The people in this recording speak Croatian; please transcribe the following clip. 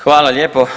Hvala lijepo.